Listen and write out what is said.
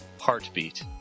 heartbeat